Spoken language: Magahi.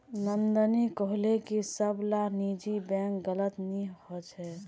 नंदिनी कोहले की सब ला निजी बैंक गलत नि होछे